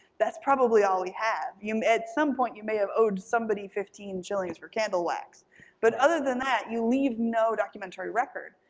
that's probably all we have. you, at some point, you may have owed somebody fifteen shillings for candle wax but other than that, you leave no documentary record.